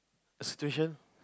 situation